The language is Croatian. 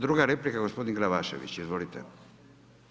Druga replika, gospodin Glavašević, izvolite.